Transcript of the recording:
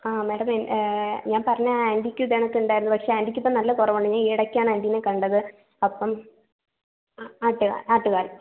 ആ മാഡം ഞാൻ പറഞ്ഞ ആൻറ്റിക്കും ഇതേ കണക്ക് ഉണ്ടായിരുന്നു പക്ഷെ ആൻറ്റിക്കിപ്പോൾ നല്ല കുറവുണ്ട് ഞാൻ ഈയിടക്കാണ് ആൻറ്റീനെ കണ്ടത് അപ്പം ആറ്റുകാൽ ആറ്റുകാൽ